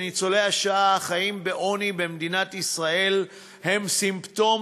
שניצולי השואה החיים בעוני במדינת ישראל הם סימפטום